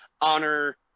honor